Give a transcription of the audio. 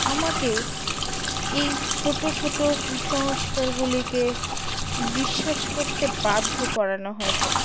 আমাকে এই ছোট ছোট কুসংস্কারগুলিকে বিশ্বাস করতে বাধ্য করানো হয়েছে